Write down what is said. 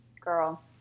Girl